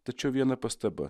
tačiau viena pastaba